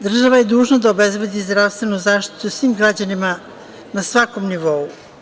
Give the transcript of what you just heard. Država je dužna da obezbedi zdravstvenu zaštitu svim građanima na svakom nivou.